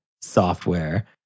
software